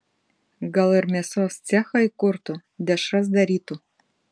gal ir mėsos cechą įkurtų dešras darytų